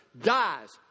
dies